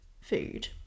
food